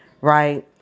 right